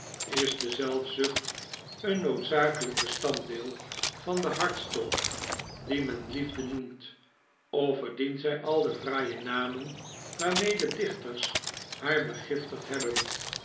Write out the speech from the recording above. is de zelfzucht een noodzakelijk bestanddeel van den hartstocht dien men liefde noemt of verdient zij al de fraaie namen waarmee de dichters haar begiftigd hebben